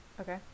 Okay